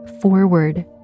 forward